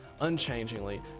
unchangingly